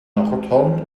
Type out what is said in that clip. nordhorn